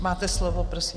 Máte slovo, prosím.